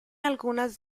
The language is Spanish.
algunas